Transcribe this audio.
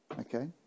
Okay